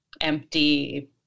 empty